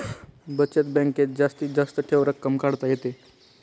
बचत बँकेत जास्तीत जास्त ठेव रक्कम काढता येते